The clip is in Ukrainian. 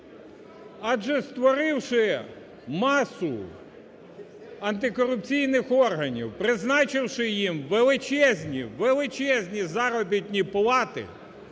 Адже створивши масу антикорупційних органів, призначивши їм величезні-величезні заробітні плати,